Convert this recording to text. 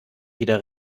wieder